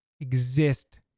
exist